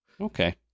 Okay